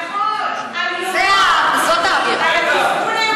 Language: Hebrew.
נכון, זאת האווירה.